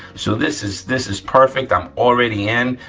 so this is this is perfect, i'm already in.